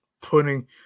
putting